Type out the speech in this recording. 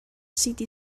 city